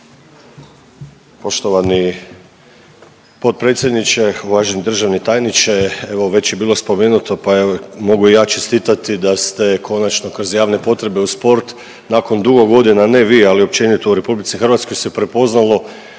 Poštovani potpredsjedniče, uvaženi državni tajniče. Evo već je bilo spomenuti, pa evo mogu i ja čestitati da ste konačno kroz javne potrebe u sport nakon dugo godina ne vi, ali općenito u Republici Hrvatskoj se prepoznalo